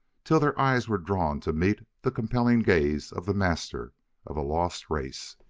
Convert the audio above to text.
till their eyes were drawn to meet the compelling gaze of the master of a lost race.